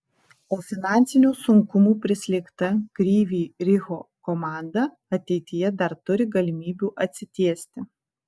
o finansinių sunkumų prislėgta kryvyj riho komanda ateityje dar turi galimybių atsitiesti